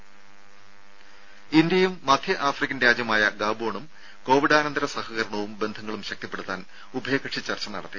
രുമ ഇന്ത്യയും മധ്യ ആഫ്രിക്കൻ രാജ്യമായ ഗാബോണും കോവിഡാനന്തര സഹകരണവും ബന്ധങ്ങളും ശക്തിപ്പെടുത്താൻ ഉഭയകക്ഷി ചർച്ച നടത്തി